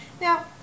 Now